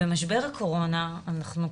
במשבר הקורונה זה גבר,